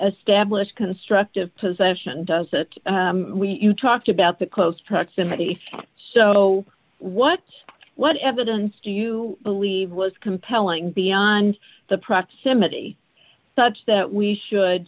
a stablish constructive possession does that we talked about the close proximity so what what evidence do you believe was compelling beyond the proximity such that we should